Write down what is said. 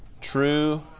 True